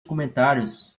comentários